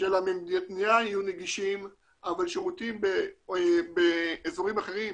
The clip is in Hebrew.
של המדינה יהיו נגישים, ושירותים באזורים אחרים